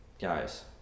guys